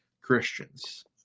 Christians